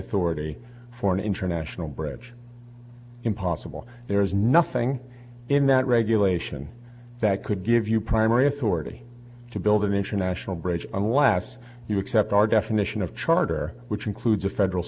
authority for an international bridge impossible there is nothing in that regulation that could give you primary authority to build an international bridge unless you accept our definition of charter which includes a federal